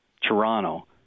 Toronto